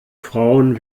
frauen